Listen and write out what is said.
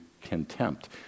contempt